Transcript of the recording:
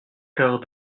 quart